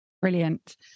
Brilliant